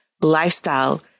lifestyle